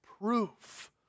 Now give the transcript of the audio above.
proof